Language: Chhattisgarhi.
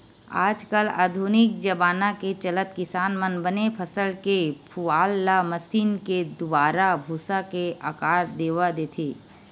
आज कल आधुनिक जबाना के चलत किसान मन बने फसल के पुवाल ल मसीन के दुवारा भूसा के आकार देवा देथे